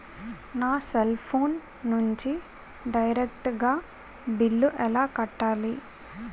నా cell phone నుంచి direct గా బిల్లు ఎలా కట్టాలి?